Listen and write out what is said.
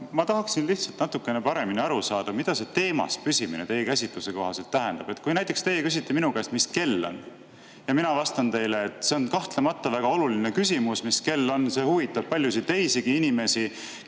Ma tahaksin lihtsalt natukene paremini aru saada, mida teemas püsimine teie käsitluse kohaselt tähendab. Kui näiteks teie küsite minu käest, mis kell on, ja mina vastan teile, et see on kahtlemata väga oluline küsimus, mis kell on, see huvitab paljusid teisigi inimesi,